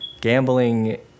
gambling